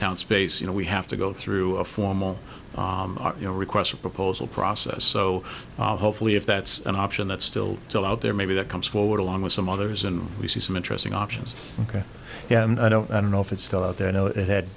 town space you know we have to go through a formal you know request for proposal process so hopefully if that's an option that's still still out there maybe that comes forward along with some others and we see some interesting options and i don't know if it's still out there no it had